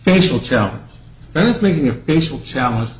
facial challenge then is making a facial challenge